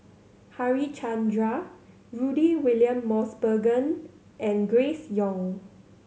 Harichandra Rudy William Mosbergen and Grace Young